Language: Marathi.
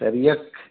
तर एक